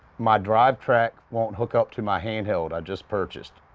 my drivetrack won't hook up to my handheld i just purchased.